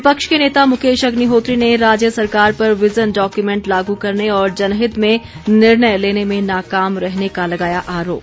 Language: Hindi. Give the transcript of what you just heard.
विपक्ष के नेता मुकेश अग्निहोत्री ने राज्य सरकार पर विज़न डॉक्यूमेंट लागू करने और जनहित में निर्णय लेने में नाकाम रहने का लगाया आरोप